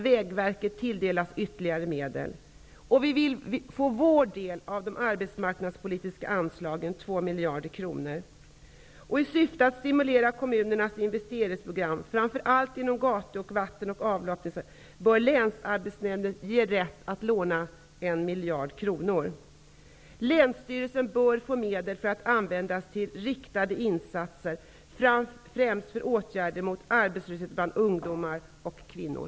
Vi vill få vår regionala del av de arbetsmarknadspolitiska anslagen, 2 miljarder kronor. I syfte att stimulera kommunernas investeringsprogram, framför allt inom gatu-, vatten och avloppsnäten bör Länsarbetsnämnden ges rätt till lån på 1 miljard kronor. Länsstyrelsen bör få medel att använda till riktade insatser, främst åtgärder mot arbetslöshet bland ungdomar och kvinnor.